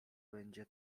będzie